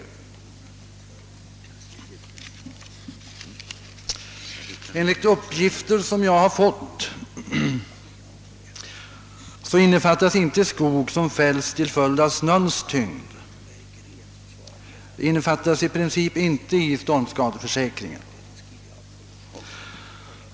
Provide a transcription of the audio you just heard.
Enligt de uppgifter jag fått innefattas inte skog som fälles till följd av snöns tyngd. Sådana skador innefattas i princip inte i skadeståndsförsäkringen.